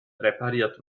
repariert